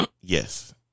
Yes